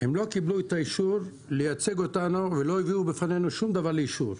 לא קיבלו את האישור לייצג אותנו ולא הביאו בפנינו שום דבר לאישור,